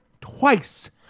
twice